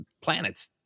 planets